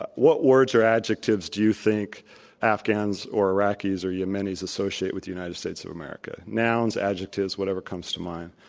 what words or adjectives do you think afghans or iraqis or yemenis associate with the united states of america? nouns, adjectives, whatever comes to mind.